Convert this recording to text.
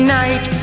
night